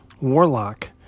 Warlock